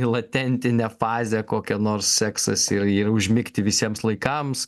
į latentinę fazę kokią nors seksas ir ir užmigti visiems laikams